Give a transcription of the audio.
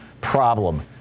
problem